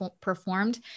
performed